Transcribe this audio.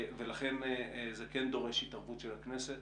ולכן זה כן דורש התערבות של הכנסת.